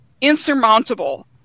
insurmountable